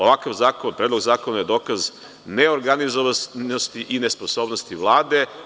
Ovakav predlog zakona je dokaz neorganizovanosti i nesposobnosti Vlade.